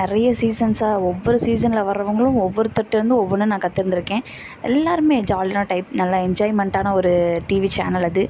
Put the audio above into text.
நிறைய சீசன்ஸாக ஒவ்வொரு சீசனில் வர்கிறவங்களும் ஒவ்வொருத்தர்கிட்டேருந்தும் ஒவ்வொன்று நான் கத்திருந்திருக்கேன் எல்லோருமே ஜாலியான டைப் நல்லா என்ஜாய்மெண்ட்டான ஒரு டிவி சேனல் அது